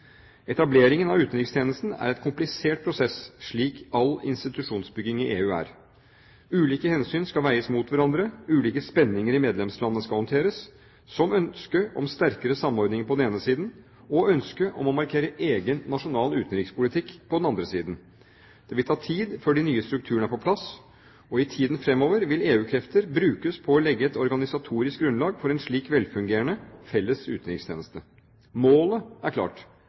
Etableringen av utenrikstjenesten er en komplisert prosess, slik all institusjonsbygging i EU er. Ulike hensyn skal veies mot hverandre, ulike spenninger i medlemslandene skal håndteres – som ønsket om sterkere samordning på den ene siden, og ønsket om å markere egen nasjonal utenrikspolitikk på den andre siden. Det vil ta tid før de nye strukturene er på plass. I tiden fremover vil EU-krefter brukes på å legge et organisatorisk grunnlag for en slik velfungerende felles utenrikstjeneste. Målet er klart: